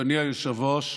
אדוני היושב-ראש,